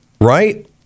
Right